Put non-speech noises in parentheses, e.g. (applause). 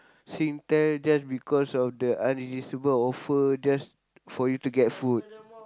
Singtel just because of the unresistible offer just for you to get food (noise)